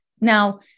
Now